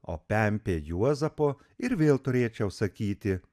o pempė juozapo ir vėl turėčiau sakyti